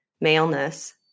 maleness